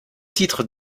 titres